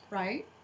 right